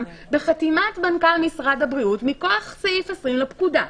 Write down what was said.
בחתימת מנכ"ל משרד הבריאות מכוח סעיף 20 לפקודה.